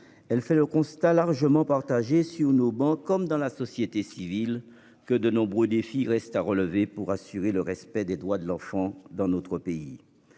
Elle fait le constat largement partagé sur nos bancs comme dans la société civile que de nombreux défis restent à relever pour assurer le respect des droits de l'enfant dans notre pays.